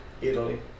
Italy